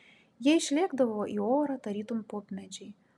jie išlėkdavo į orą tarytum pupmedžiai